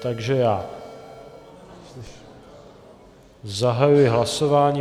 Takže zahajuji hlasování.